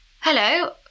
Hello